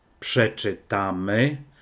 Przeczytamy